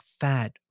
fat